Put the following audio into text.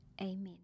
amen